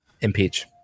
impeach